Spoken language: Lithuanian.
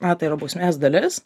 na tai yra bausmės dalis